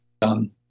done